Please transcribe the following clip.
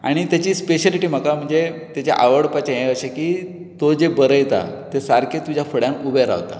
आनी ताची स्पेशेलिटी म्हाका म्हणजे ताचे आवडपाचें हें अशें की तो जें बरयता तें सारकें तुज्या फुड्यांत उबें रावता